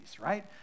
right